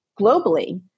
globally